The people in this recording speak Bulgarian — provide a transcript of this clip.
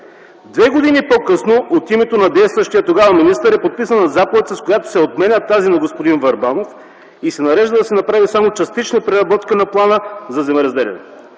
Две години по-късно от името на действащия тогава министър е подписана заповед, с която се отменя тази на господин Върбанов и се нарежда да се направи само частична преработка на плана за земеразделяне.